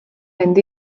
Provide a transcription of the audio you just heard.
mynd